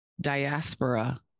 diaspora